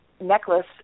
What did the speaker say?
necklace